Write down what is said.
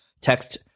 Text